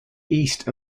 east